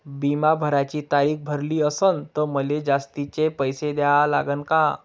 बिमा भराची तारीख भरली असनं त मले जास्तचे पैसे द्या लागन का?